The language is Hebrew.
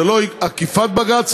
זה לא עקיפת בג"ץ,